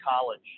college